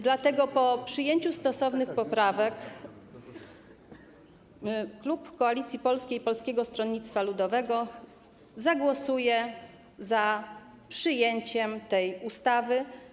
Dlatego po przyjęciu stosownych poprawek klub Koalicji Polskiej - Polskiego Stronnictwa Ludowego zagłosuje za przyjęciem tej ustawy.